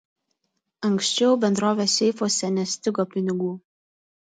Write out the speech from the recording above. anksčiau bendrovės seifuose nestigo pinigų